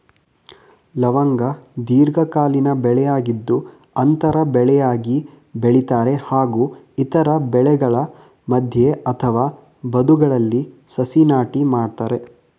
ಲವಂಗ ದೀರ್ಘಕಾಲೀನ ಬೆಳೆಯಾಗಿದ್ದು ಅಂತರ ಬೆಳೆಯಾಗಿ ಬೆಳಿತಾರೆ ಹಾಗೂ ಇತರ ಬೆಳೆಗಳ ಮಧ್ಯೆ ಅಥವಾ ಬದುಗಳಲ್ಲಿ ಸಸಿ ನಾಟಿ ಮಾಡ್ತರೆ